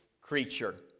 creature